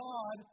God